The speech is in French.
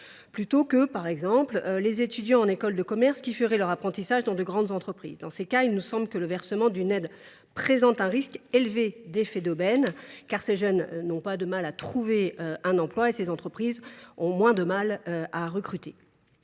préférence, par exemple, aux étudiants en école de commerce qui feraient leur apprentissage dans de grandes entreprises. Dans ces cas, il nous semble que le versement d’une aide présente un risque élevé d’effet d’aubaine : ces jeunes n’ont pas de mal à trouver un emploi et ces entreprises ont moins de mal à recruter